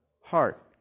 heart